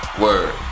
Word